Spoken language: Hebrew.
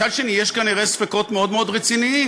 מצד שני, יש כנראה ספקות מאוד מאוד רציניים.